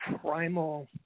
primal